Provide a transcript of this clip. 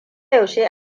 yaushe